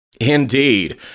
Indeed